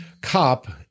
cop